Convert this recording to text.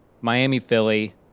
Miami-Philly